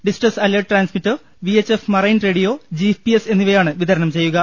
distress alert transmitter V H F marine radio G P S എന്നിവയാണ് വിതരണം ചെയ്യുക